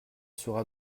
sera